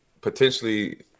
potentially